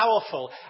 powerful